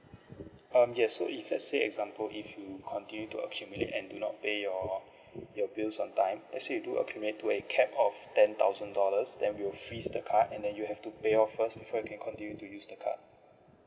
um yes so if let's say example if you continue to accumulate and do not pay your your bills on time let's say you do accumulate to a cap of ten thousand dollars then we'll freeze the card and then you have to pay off first before you can continue to use the card